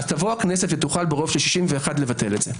תבוא הכנסת ותוכל ברוב של 61 לבטל את זה.